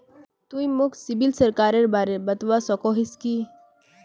तुई मोक सिबिल स्कोरेर बारे बतवा सकोहिस कि?